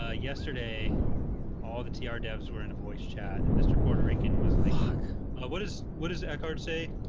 ah yesterday all the tr ah devs were in a voice chat and mr. puerto rican was like what is what does the card say?